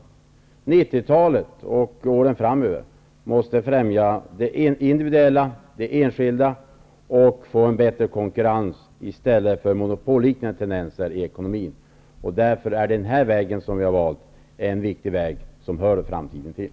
Under 90-talet och åren framöver måste det individuella sparandet främjas och en bättre konkurrens skapas, i stället för monopolliknande tendenser i ekonomin. Därför är den här vägen som vi har valt en viktig väg som hör framtiden till.